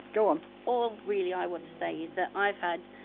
go on all really, i want to say is that i've had